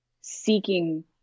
seeking